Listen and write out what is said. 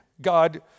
God